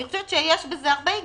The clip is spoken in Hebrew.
אני חושבת שיש בזה הרבה היגיון.